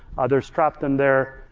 others trap them there.